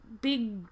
Big